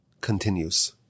continues